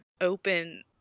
open